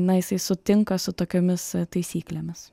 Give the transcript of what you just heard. na jisai sutinka su tokiomis taisyklėmis